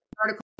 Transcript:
article